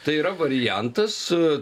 tai yra variantas